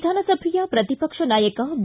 ವಿಧಾನಸಭೆಯ ಪ್ರತಿಪಕ್ಷ ನಾಯಕ ಬಿ